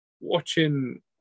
watching